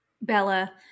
Bella